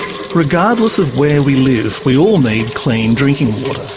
regardless of where we live, we all need clean drinking water.